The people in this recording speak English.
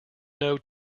know